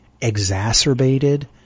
exacerbated